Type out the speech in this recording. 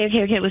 Okay